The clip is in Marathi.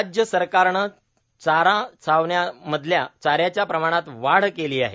राज्य सरकारनं चारा छावण्यांमधल्या चाऱ्याच्या प्रमाणात वाढ केली आहे